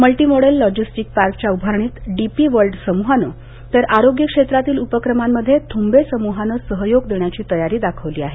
multimodal logistic पार्कच्या उभारणीत DP World सम्रहानं तर आरोग्य क्षेत्रातील उपक्रमांमध्ये थुम्बे सम्रहानं सहयोग देण्याची तयारी दाखवली आहे